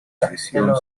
cesión